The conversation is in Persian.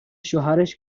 شوهرش